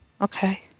Okay